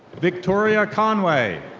victoria conway.